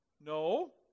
No